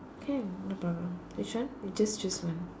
can no problem which one you just choose one